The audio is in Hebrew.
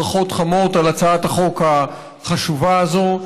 ברכות חמות על הצעת החוק החשובה הזאת.